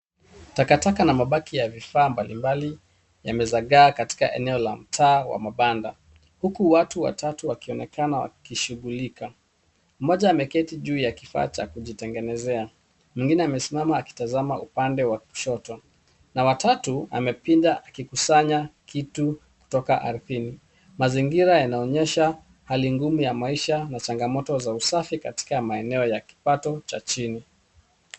Takataka na mabaki ya vifaa mbalimbali, yamezagaa katika eneo la mtaa wa mabanda. Huku watu watatu wakionekana wakishughulika. Mmoja ameketi juu ya kifaa cha kujitengenezea, mwingine amesimama akitazama upande wa kushoto na wa tatu amepinda akikusanya vitu kutoka ardhini. Mazingira yanaonyesha hali ngumu ya maisha na changamoto za usafi katika maeneo ya kipato cha chini.